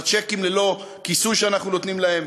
בצ'קים ללא כיסוי שאנחנו נותנים להם,